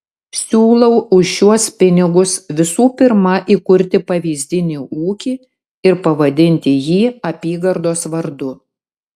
siūlau už šiuos pinigus visų pirma įkurti pavyzdinį ūkį ir pavadinti jį apygardos vardu